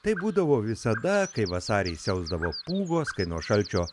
taip būdavo visada kai vasarį siausdavo pūgos kai nuo šalčio